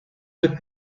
with